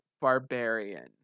Barbarian